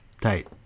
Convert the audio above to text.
tight